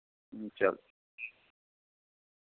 चलो